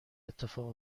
اتفاق